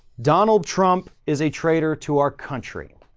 donald trump is a traitor to our country.